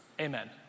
Amen